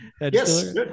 Yes